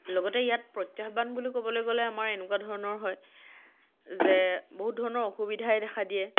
লগতে ইয়াত প্ৰত্যাহ্বান বুলি ক'বলৈ গ'লে আমাৰ এনেকুৱা ধৰণৰ হয় যে বহুত ধৰণৰ অসুবিধাই দেখা দিয়ে